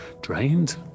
drained